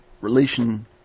relation